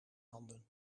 handen